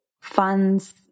funds